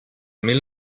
mil